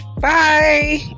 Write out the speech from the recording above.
Bye